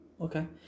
Okay